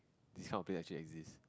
this kind of place actually exist